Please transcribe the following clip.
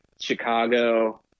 Chicago